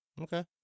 Okay